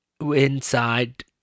inside